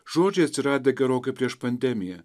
žodžiai atsiradę gerokai prieš pandemiją